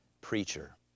preacher